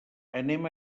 anem